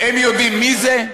הם יודעים מי זה?